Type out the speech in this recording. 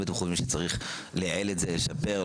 אם אתם חושבים שצריך לייעל את זה לשפר,